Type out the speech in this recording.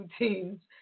routines